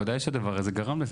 וודאי שהדבר הזה גרם לכך,